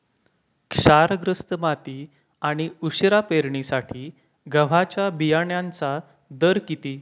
क्षारग्रस्त माती आणि उशिरा पेरणीसाठी गव्हाच्या बियाण्यांचा दर किती?